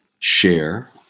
Share